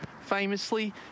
Famously